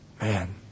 Man